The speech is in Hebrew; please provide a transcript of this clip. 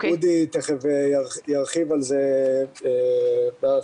אודי ירחיב בהמשך.